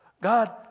God